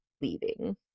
leaving